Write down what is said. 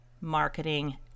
marketing